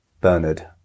Bernard